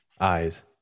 Eyes